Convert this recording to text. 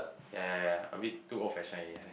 ya ya ya a bit too old fashioned already ah I